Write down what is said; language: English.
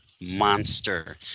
monster